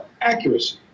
Accuracy